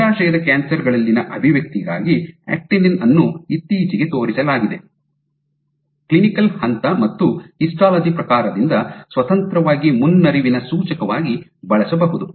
ಅಂಡಾಶಯದ cancer ಗಳಲ್ಲಿನ ಅಭಿವ್ಯಕ್ತಿಗಾಗಿ actinin ಅನ್ನು ಇತ್ತೀಚೆಗೆ ತೋರಿಸಲಾಗಿದೆ ಕ್ಲಿನಿಕಲ್ ಹಂತ ಮತ್ತು ಹಿಸ್ಟಾಲಜಿ ಪ್ರಕಾರದಿಂದ ಸ್ವತಂತ್ರವಾಗಿ ಮುನ್ನರಿವಿನ ಸೂಚಕವಾಗಿ ಬಳಸಬಹುದು